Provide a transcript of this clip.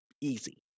easy